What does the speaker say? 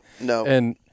no